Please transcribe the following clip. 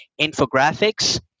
infographics